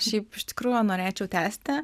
šiaip iš tikrųjų norėčiau tęsti